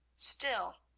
still,